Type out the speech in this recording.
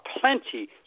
plenty